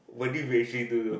what do you actually do now